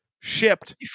shipped